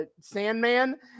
Sandman